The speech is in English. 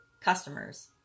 customers